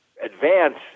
advance